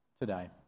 today